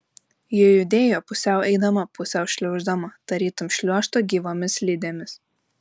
ji judėjo pusiau eidama pusiau šliauždama tarytum šliuožtų gyvomis slidėmis